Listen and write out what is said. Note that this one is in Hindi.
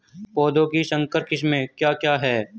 पौधों की संकर किस्में क्या क्या हैं?